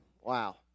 Wow